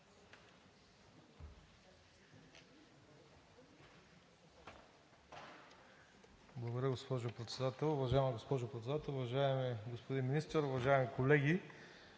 Благодаря, госпожо Председател. Уважаема госпожо Председател, уважаеми господин Министър, уважаеми колеги!